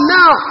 now